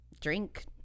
drink